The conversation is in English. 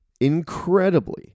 Incredibly